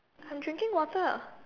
I'm drinking water